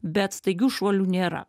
bet staigių šuolių nėra